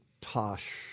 Tosh